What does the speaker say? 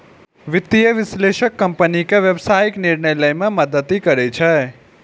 वित्तीय विश्लेषक कंपनी के व्यावसायिक निर्णय लए मे मदति करै छै